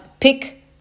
pick